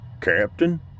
Captain